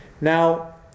Now